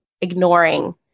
ignoring